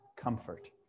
comfort